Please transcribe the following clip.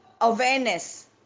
awareness